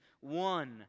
one